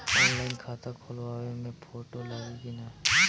Online खाता खोलबाबे मे फोटो लागि कि ना?